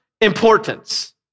importance